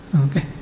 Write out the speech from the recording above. Okay